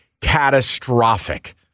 catastrophic